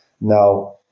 Now